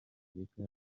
amerika